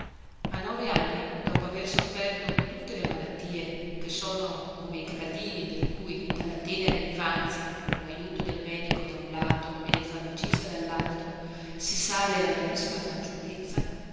a nove anni dopo aver sofferto tutte le malattie che sono come i gradini per cui dalla tenera infanzia con lajuto del medico da un lato e del farmacista dallaltro si sale alla vispa fanciullezza